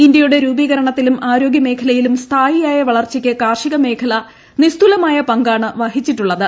ഇന്ത്യയുടെ രൂപീകരണത്തിലും ആരോഗ്യ മേഖലയിലും സ്ഥായിയായ വളർച്ചയ്ക്ക് കാർഷിക മേഖല നിസ്തുലമായ പങ്കാണ് വഹിച്ചിട്ടുള്ളത്